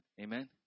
Amen